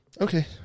Okay